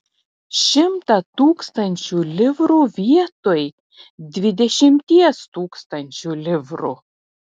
šimtą tūkstančių livrų vietoj dvidešimties tūkstančių livrų